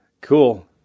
Cool